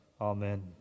Amen